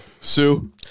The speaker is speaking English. Sue